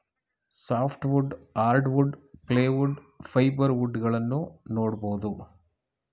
soft wood, hardwood, plywood, fibre wood ಗಳನ್ನೂ ನೋಡ್ಬೋದು